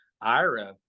ira